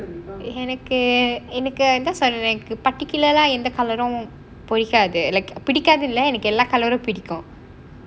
எனக்கு எனக்கு என்ன சொல்றது:enakku enakku enna solrathu particular எந்த:entha colour ரும் பிடிக்காது பிடிக்காது இல்ல எனக்கு எல்லா:room pidikkaathu pidikaathu illa enakku illa colour room பிடிக்கும்:rum pitikkum